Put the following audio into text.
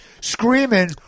screaming